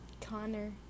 Connor